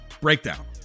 breakdown